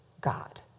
God